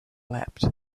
leapt